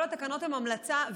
כל התקנות הן המלצה,